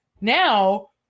now